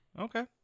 Okay